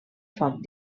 foc